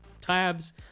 tabs